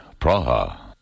Praha